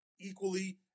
equally